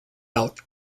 out